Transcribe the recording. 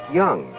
young